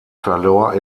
verlor